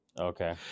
Okay